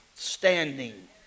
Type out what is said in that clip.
Standing